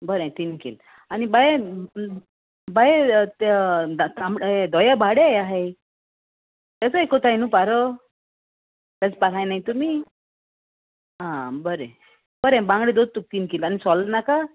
बरें तीन किल आनी बाय बाय ते तांबडे धोया भाडे आहाय तेचो एक कोताय न्हू पारो तेच पाराय न्ही तुमी आ बरें बरें बांगडे दवर तुक तीन किल आनी सोल नाका